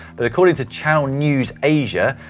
but according to channel news asia,